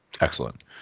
excellent